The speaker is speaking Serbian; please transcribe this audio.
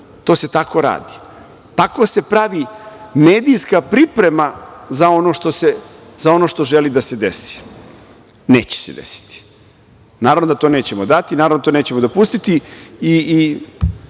To se tako radi. Tako se pravi medijska priprema za ono što se želi desiti. Neće se desiti. Naravno da to nećemo dati, naravno da to nećemo dopustiti i